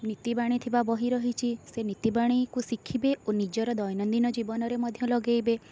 ନୀତିବାଣୀ ଥିବା ବହି ରହିଛି ସେ ନୀତିବାଣୀ କୁ ଶିଖିବେ ଓ ନିଜର ଦୈନଦିନ ଜୀବନରେ ମଧ୍ୟ ଲଗେଇବେ